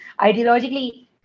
ideologically